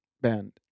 band